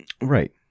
Right